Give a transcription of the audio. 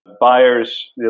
buyers